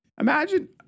Imagine